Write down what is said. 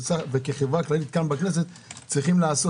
וכחברה כללית כאן בכנסת צריכים לעשות